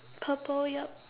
purple yup